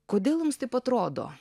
kodėl jums taip atrodo